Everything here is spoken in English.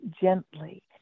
gently